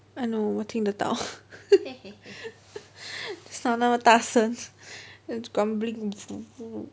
I know 我听得到 什么大声 it's grumbling